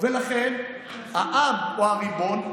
ולכן העם הוא הריבון.